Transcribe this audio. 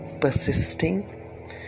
persisting